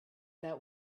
that